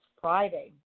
Friday